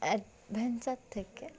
venture থেকে